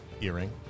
earring